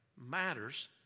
matters